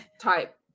type